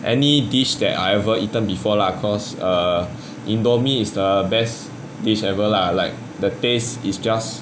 any dish that I ever eaten before lah cause err indomie is the best dish ever lah like the taste is just